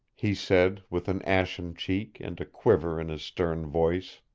he said, with an ashen cheek and a quiver in his stern voice.